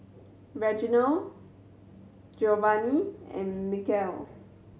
Reginal Giovanni and Mykel